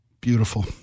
Beautiful